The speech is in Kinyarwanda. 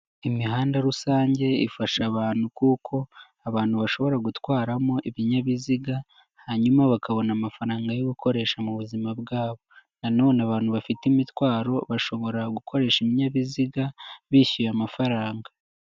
Imihanda rusange ifasha abantu kuko abantu bashobora gutwaramo ibinyabiziga hanyuma bakabona amafaranga yo gukoresha mu buzima bwabo. Nanone abantu bafite imitwaro bashobora gukoresha ibinyabiziga bishyuye amafaranga.